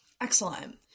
Excellent